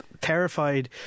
terrified